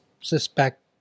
suspect